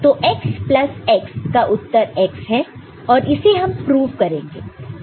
तो x plus x का उत्तर x है और इसे हम प्रूव करेंगे